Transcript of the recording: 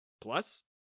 Plus